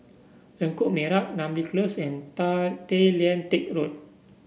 Lengkok Merak Namly Close and Tay Lian Teck Road